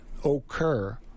Occur